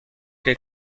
que